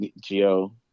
geo